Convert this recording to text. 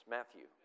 Matthew